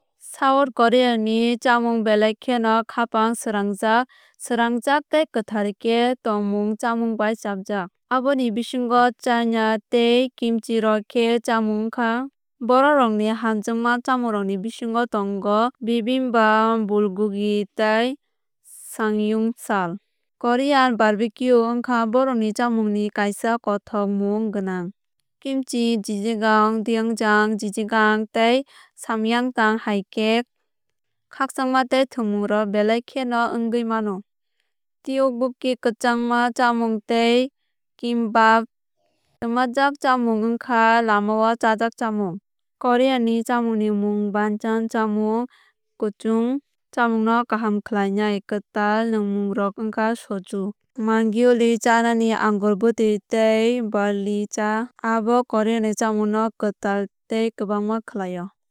South Koreani chámung belai kheno khápang srangjak swrangjak tei kwthar khe tongmung chamung bai chapjak. Aboni bisingo chana tei kimchi rok khe chamung wngkha. Borokrokni hamjakma chamungrokni bisingo tongo bibimbap bulgogi tei samgyeopsal. Korean berbique wngkha borokni chamung ni kaisa kothok mung gwnang. Kimchi jjigae doenjang jjigae tei samgyetang hai khe khakchangma tei thwngmungrok belai kheno wngwi mano. Tteokbokki kwchangma chamung tei kimbap twmajak chamung wngkha lama o chajak chamung. Koreani chamungni mung banchan chamung kwchwng chamungno kaham khlainai. Kwtal nungmungrok wngkha soju makgeolli chana ni angur bwtwi tei barli cha abo Koreani chamungno kwtal tei kwbangma khlaio.